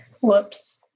Whoops